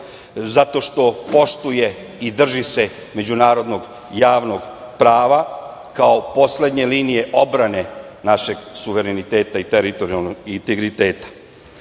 zato što poštuje i drži se međunarodnog javnog prava kao poslednje linije odbrane našeg suvereniteta i teritorijalnog integriteta. Jedinstvena